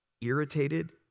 irritated